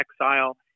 exile